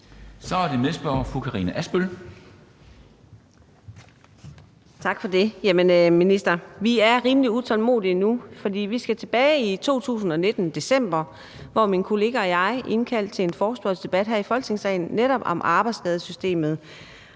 for det. Jeg vil sige til ministeren, at vi er rimelig utålmodige nu. For vi skal tilbage til december 2019, hvor min kollega og jeg indkaldte til en forespørgselsdebat her i Folketingssalen om netop arbejdsskadesystemet.